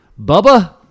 Bubba